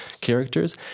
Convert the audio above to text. characters